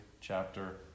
chapter